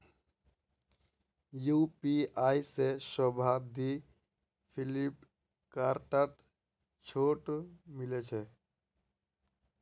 UPI से शोभा दी फिलिपकार्टत छूट मिले छे